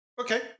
Okay